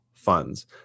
funds